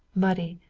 muddy,